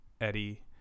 Eddie